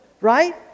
Right